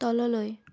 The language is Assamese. তললৈ